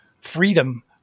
freedom